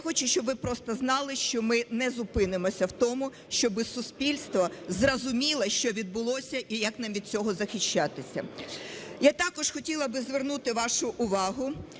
Я хочу, щоб ви просто знали, що ми не зупинимося в тому, щоби суспільство зрозуміло, що відбулося і як нам від цього захищатися. Я також хотіла би звернути вашу увагу,